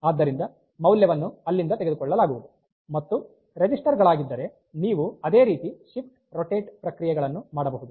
ಆದ್ದರಿಂದ ಮೌಲ್ಯವನ್ನು ಅಲ್ಲಿಂದ ತೆಗೆದುಕೊಳ್ಳಲಾಗುವುದು ಮತ್ತು ರಿಜಿಸ್ಟರ್ ಗಳಾಗಿದ್ದರೆ ನೀವು ಅದೇ ರೀತಿ ಶಿಫ್ಟ್ ರೊಟೇಟ್ ಪ್ರಕ್ರಿಯೆಗಳನ್ನು ಮಾಡಬಹುದು